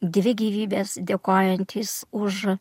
dvi gyvybės dėkojantys už